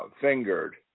fingered